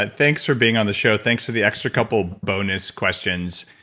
but thanks for being on the show. thanks for the extra couple bonus questions.